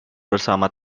bersama